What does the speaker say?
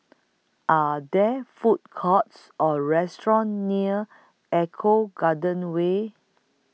Are There Food Courts Or restaurants near Eco Garden Way